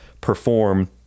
perform